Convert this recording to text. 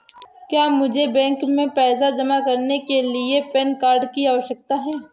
क्या मुझे बैंक में पैसा जमा करने के लिए पैन कार्ड की आवश्यकता है?